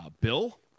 Bill